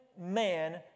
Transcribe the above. man